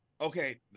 Okay